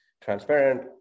transparent